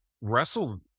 wrestled